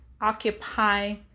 occupy